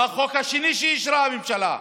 מה החוק השני שאישרה הממשלה?